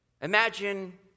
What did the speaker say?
Imagine